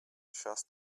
just